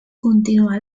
continuà